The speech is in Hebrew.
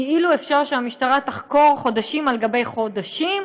כאילו אפשר שהמשטרה תחקור חודשים על גבי חודשים,